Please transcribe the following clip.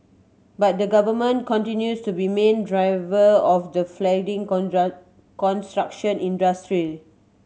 but the Government continues to be main driver of the flagging construction industry